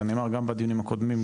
זה נאמר גם בדיונים הקודמים,